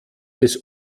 des